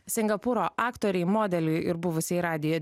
singapūro aktorei modeliui ir buvusiai radijo